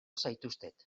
zaituztet